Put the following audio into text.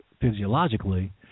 physiologically